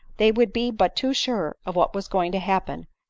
they would be but too sure of what was going to happen,